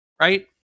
right